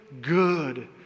good